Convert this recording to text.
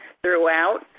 Throughout